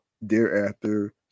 thereafter